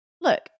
Look